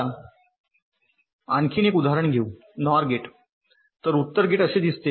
चला आणखी एक उदाहरण घेऊ नॉर गेट तर उत्तर गेट असे दिसते